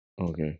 Okay